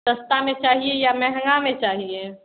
सस्ता में चाहिए या महँगा में चाहिए